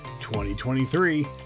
2023